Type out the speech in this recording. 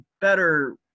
better